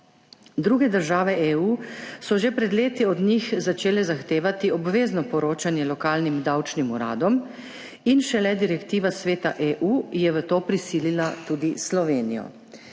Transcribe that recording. Druge države EU so že pred leti od njih začele zahtevati obvezno poročanje lokalnim davčnim uradomin šele direktiva Sveta EU je v to prisilila tudi Slovenijo.